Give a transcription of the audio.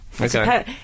Okay